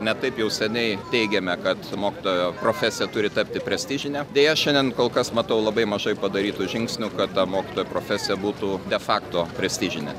ne taip jau seniai teigėme kad mokytojo profesija turi tapti prestižine deja šiandien kol kas matau labai mažai padarytų žingsnių kad ta mokytojo profesija būtų de fakto prestižine